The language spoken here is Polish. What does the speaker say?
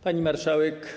Pani Marszałek!